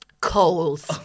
Coals